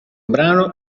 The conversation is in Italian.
brano